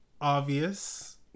Obvious